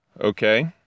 Okay